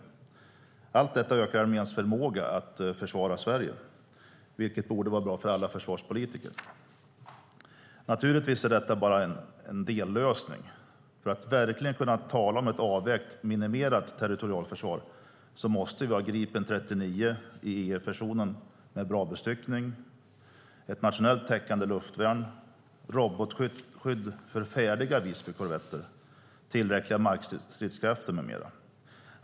Allt detta ökar arméns förmåga att försvara Sverige, vilket borde vara bra för alla försvarspolitiker. Naturligtvis är detta bara en dellösning. För att verkligen kunna tala om ett avvägt minimerat territorialförsvar måste vi ha Gripen 39 E/F-versionen med bra bestyckning, ett nationellt täckande luftvärn, robotskydd för färdiga Visbykorvetter, tillräckliga markstridskrafter med mera.